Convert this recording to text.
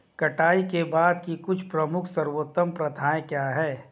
कटाई के बाद की कुछ प्रमुख सर्वोत्तम प्रथाएं क्या हैं?